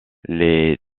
les